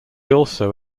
also